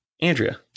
Andrea